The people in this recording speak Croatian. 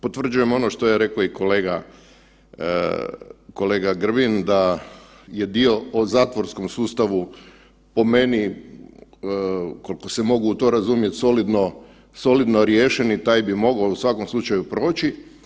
Potvrđujem ono što je reko i kolega, kolega Grbin da je dio o zatvorskom sustavu po meni, kolko se mogu u to razumjet, solidno, solidno riješen i taj bi mogao u svakom slučaju proći.